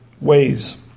ways